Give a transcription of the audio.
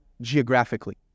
geographically